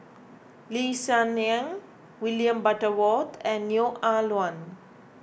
Lee Hsien Yang William Butterworth and Neo Ah Luan